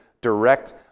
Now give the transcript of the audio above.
direct